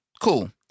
cool